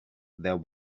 there